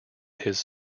his